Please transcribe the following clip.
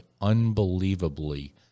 unbelievably